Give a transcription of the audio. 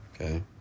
Okay